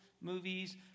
movies